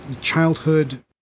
childhood